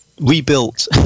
rebuilt